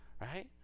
right